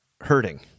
hurting